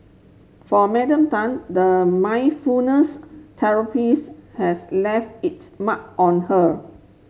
for Madam Tan the mindfulness therapies has left its mark on her